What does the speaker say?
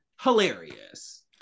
Hilarious